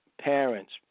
parents